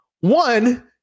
One